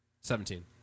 Seventeen